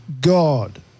God